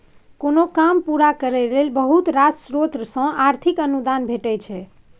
कोनो काम पूरा करय लेल बहुत रास स्रोत सँ आर्थिक अनुदान भेटय छै